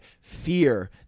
fear